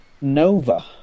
Nova